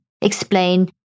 explain